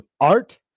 Art